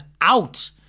out